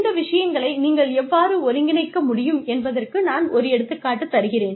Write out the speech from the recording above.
இந்த விஷயங்களை நீங்கள் எவ்வாறு ஒருங்கிணைக்க முடியும் என்பதற்கு நான் ஒரு எடுத்துக்காட்டு தருகிறேன்